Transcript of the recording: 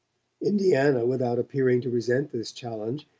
indiana, without appearing to resent this challenge,